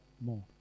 more